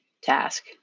task